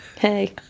Hey